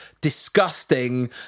disgusting